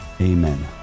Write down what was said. Amen